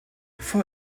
vor